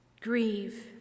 Grieve